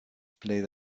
played